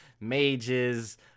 mages